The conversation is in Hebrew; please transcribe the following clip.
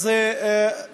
אין